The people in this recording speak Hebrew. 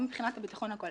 גם מבחינת הביטחון.